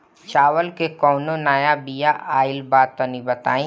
चावल के कउनो नया बिया आइल बा तनि बताइ?